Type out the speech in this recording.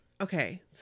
okay